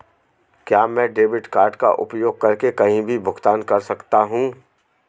क्या मैं debit card का उपयोग करके कहीं भी भुगतान कर सकता हूं?